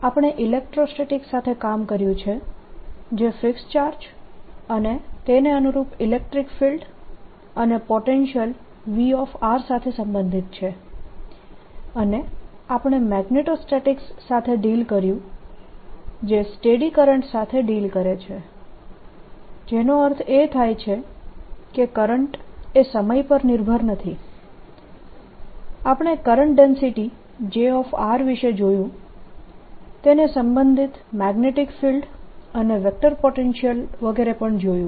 આપણે ઇલેક્ટ્રોસ્ટેટિકસ સાથે કામ કર્યું છે જે ફિક્સ્ડ ચાર્જ અને તે અનુરૂપ ઇલેક્ટ્રીક ફિલ્ડ અને પોટેન્શિયલ v સાથે સંબંધિત છે અને આપણે મેગ્નેટોસ્ટેટિક્સ સાથે ડીલ કર્યું જે સ્ટેડી કરંટ સાથે ડીલ કરે છે જેનો અર્થ એ થાય છે કે કરંટ સમય પર નિર્ભર નથી આપણે કરંટ ડેન્સિટી J વિષે જોયું તેને સંબંધિત મેગ્નેટીક ફિલ્ડ અને વેક્ટર પોટેન્શિયલ વગેરે જોયું